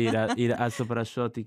ir ir atsiprašau tik